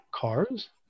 cars